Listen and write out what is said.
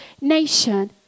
nation